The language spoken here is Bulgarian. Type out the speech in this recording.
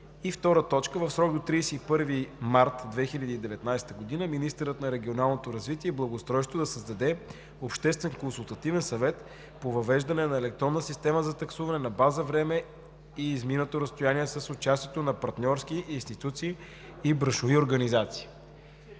2. В срок до 31 март 2019 г. министърът на регионалното развитие и благоустройството да създаде обществен консултативен съвет по въвеждане на електронна система за таксуване на база време и изминато разстояние с участието на партньорски институции и браншови организации.“